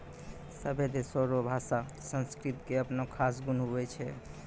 सभै देशो रो भाषा संस्कृति के अपनो खास गुण हुवै छै